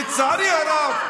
לצערי הרב,